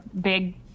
Big